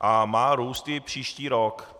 a má růst i příští rok.